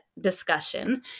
discussion